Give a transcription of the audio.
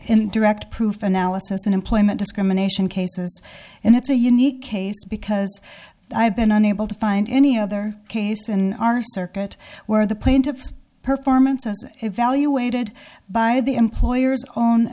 and direct proof analysis in employment discrimination cases and it's a unique case because i've been unable to find any other case in our circuit where the plaintiffs performance was evaluated by the employer's o